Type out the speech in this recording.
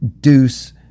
deuce